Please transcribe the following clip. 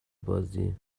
بازی